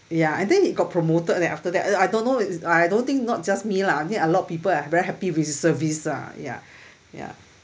ya I think he got promoted then after that I don't know it's I don't think not just me lah I think a lot of people are very happy with his service ah ya ya